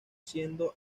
siendo